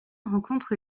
rencontre